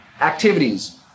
activities